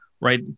right